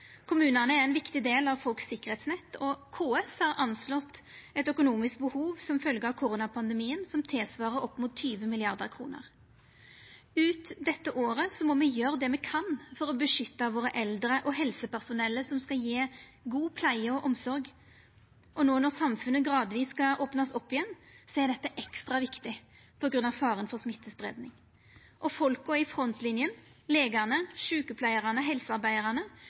Kommunane er ein viktig del av sikkerheitsnettet til folk, og KS har anslått eit økonomisk behov som følgje av koronapandemien som svarar til opp mot 20 mrd. kr. Ut dette året må me gjera det me kan for å beskytta våre eldre og helsepersonellet som skal gje god pleie og omsorg, og no når samfunnet gradvis skal opnast igjen, er dette ekstra viktig på grunn av faren for smittespreiing. Folka i frontlinja – legane, sjukepleiarane, helsearbeidarane